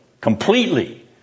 completely